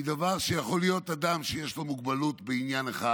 יכול להיות אדם שיש לו מוגבלות בעניין אחד